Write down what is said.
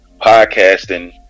podcasting